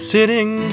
Sitting